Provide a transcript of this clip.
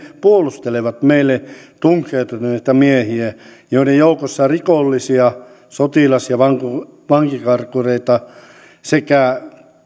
puolustelevat meille tunkeutuneita miehiä joiden joukossa on rikollisia sotilas ja vankikarkureita sekä